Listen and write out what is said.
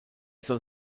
soll